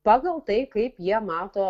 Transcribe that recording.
pagal tai kaip jie mato